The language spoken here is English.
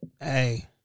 Hey